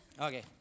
Okay